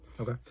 Okay